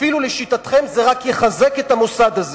אפילו לשיטתכם זה רק יחזק את המוסד הזה.